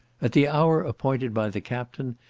at the hour appointed by the captain,